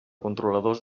controladors